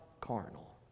carnal